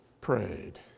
prayed